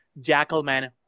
Jackalman